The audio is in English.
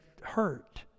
hurt